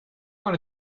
want